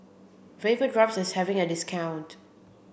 Vapodrops is having a discount